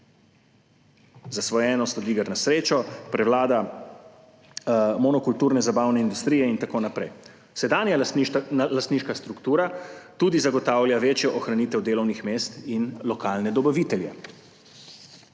zasvojenost od iger na srečo, prevlada monokulturne zabavne industrije in tako naprej. Sedanja lastniška struktura tudi zagotavlja večjo ohranitev delovnih mest in lokalne dobavitelje.